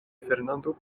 fernando